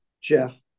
Jeff